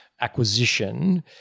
acquisition